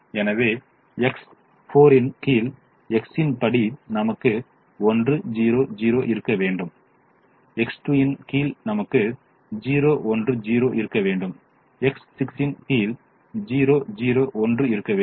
எனவே X4 இன் கீழ் X இன் படி நமக்கு 1 0 0 இருக்க வேண்டும் X2 இன் கீழ் நமக்கு 0 1 0 இருக்க வேண்டும் X6 இன் கீழ் 0 0 1 இருக்க வேண்டும்